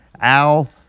Al